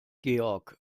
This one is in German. georg